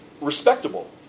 Respectable